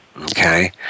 Okay